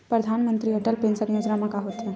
परधानमंतरी अटल पेंशन योजना मा का होथे?